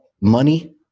money